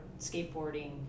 skateboarding